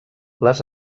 les